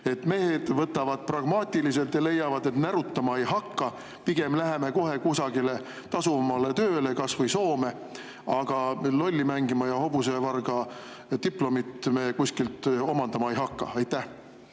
ehk võtavad pragmaatiliselt ja leiavad, et närutama ei hakka, pigem läheme kohe kusagile tasuvamale tööle kas või Soome, aga lolli mängima ja hobusevarga diplomit me kuskil omandama ei hakka? Jaa,